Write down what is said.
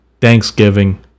Thanksgiving